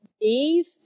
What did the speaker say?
Eve